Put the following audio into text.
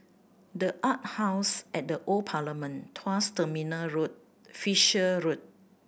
The Arts House at the Old Parliament Tuas Terminal Road Fisher Road